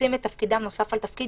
שמבצעים את תפקידם בנוסף על תפקיד.